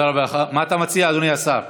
מה אתה מציע, אדוני השר?